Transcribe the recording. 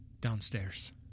Downstairs